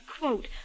quote